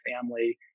family